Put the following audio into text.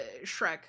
Shrek